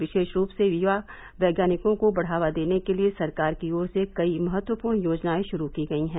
विशेष रूप से यूवा वैज्ञानिकों को बढ़ावा देने के लिये सरकार की ओर से कई महत्वपूर्ण योजनायें शुरू की गयी है